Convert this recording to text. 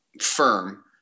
firm